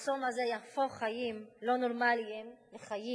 המחסום הזה יהפוך חיים לא נורמליים לחיים